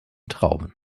trauben